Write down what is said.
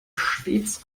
stets